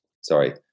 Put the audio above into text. Sorry